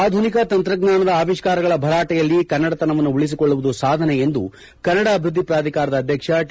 ಆಧುನಿಕ ತಂತ್ರಜ್ಞಾನದ ಅವಿಷ್ಠಾರಗಳ ಭರಾಟೆಯಲ್ಲಿ ಕನ್ನಡತನವನ್ನು ಉಳಿಸಿಕೊಳ್ಳುವುದು ಸಾಧನೆ ಎಂದು ಕನ್ನಡ ಅಭಿವೃದ್ಧಿ ಪ್ರಾಧಿಕಾರದ ಅಧ್ಯಕ ಟಿ